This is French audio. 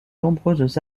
nombreuses